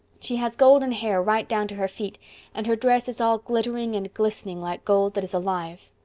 she has golden hair right down to her feet and her dress is all glittering and glistening like gold that is alive.